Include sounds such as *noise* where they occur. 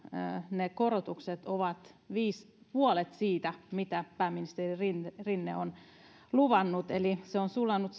ne korotukset ovat puolet siitä mitä pääministeri rinne rinne on luvannut eli se vappusatanen on sulanut *unintelligible*